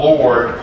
Lord